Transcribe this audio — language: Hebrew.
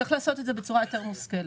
צריך לעשות את זה בצורה יותר מושכלת.